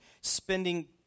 spending